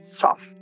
soft